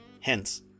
hence